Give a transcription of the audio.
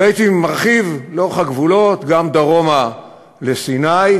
והייתי מרחיב לאורך הגבולות גם דרומה לסיני,